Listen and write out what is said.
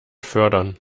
fördern